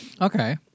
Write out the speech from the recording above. Okay